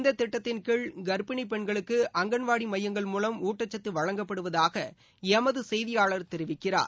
இந்த திட்டத்தின் கீழ் கள்ப்பிணி பெண்களுக்கு அங்கன்வாடி மையங்கள் மூலம் ஊட்டச்சத்து வழங்கப்படுவதாக எமது செய்தியாளர் தெரிவிக்கிறார்